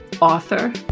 author